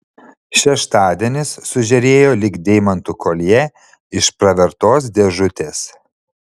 šeštadienis sužėrėjo lyg deimantų koljė iš pravertos dėžutės